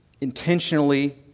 intentionally